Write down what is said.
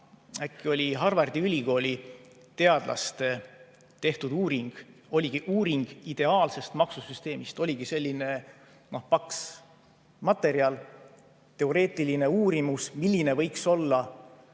äkki oli see Harvardi ülikooli teadlaste tehtud uuring. Oligi uuring ideaalsest maksusüsteemist – selline paks materjal, teoreetiline uurimus, milline võiks olla